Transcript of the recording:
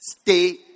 Stay